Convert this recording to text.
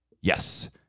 Yes